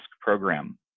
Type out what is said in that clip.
program